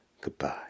Goodbye